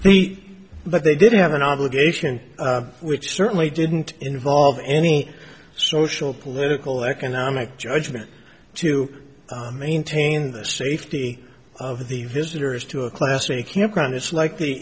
the but they did have an obligation which certainly didn't involve any social political economic judgment to maintain the safety of the visitors to a class a campground it's likely